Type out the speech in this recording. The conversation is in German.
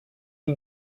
die